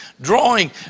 drawing